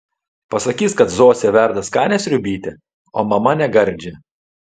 pasakys kad zosė verda skanią sriubytę o mama negardžią